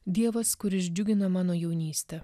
dievas kuris džiugina mano jaunystę